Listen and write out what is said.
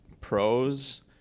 pros